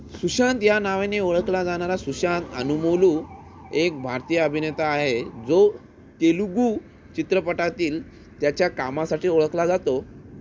सुशांत या नावाने ओळखला जाणारा सुशांत अनुमोलू एक भारतीय अभिनेता आहे जो तेलुगू चित्रपटातील त्याच्या कामासाठी ओळखला जातो